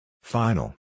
Final